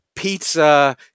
Pizza